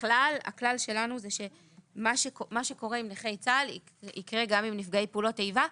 ככלל הכלל שלנו זה שמה שקורה עם נכי צה"ל יקרה גם עם נפגעי פעולות איבה.